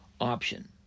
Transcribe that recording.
option